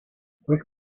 where